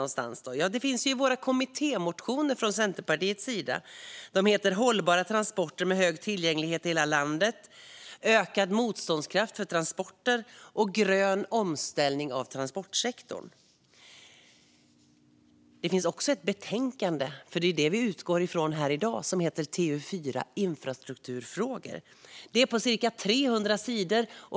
Ja, det finns beskrivet i våra kommittémotioner från Centerpartiet, som heter Hållbara transporter med hög tillgänglighet i hela landet , Ökad motståndskraft för transporter och Grön omställning av transportsektorn . Det beskrivs också i det betänkande, TU4 Infrastrukturfrågor , som vi utgår från i denna debatt. Det är på cirka 300 sidor.